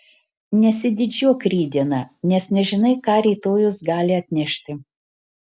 nesididžiuok rytdiena nes nežinai ką rytojus gali atnešti